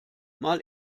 mal